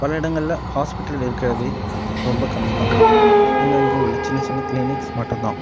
பல இடங்களில் ஹாஸ்பெட்டல் இருக்கிறதே ரொம்ப கம்மிதான் அங்கங்கே உள்ள சின்ன சின்ன கிளீனிக்ஸ் மட்டும்தான்